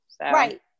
Right